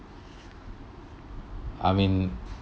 I mean